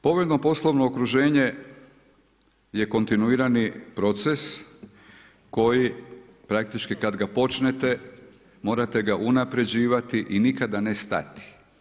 Povoljno poslovno okruženje je kontinuirani proces koji praktički kad ga počnete morate ga unapređivati i nikada ne stati.